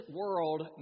world